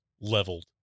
leveled